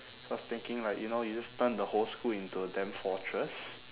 I was thinking like you know you just turn the whole school into a damn fortress